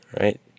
right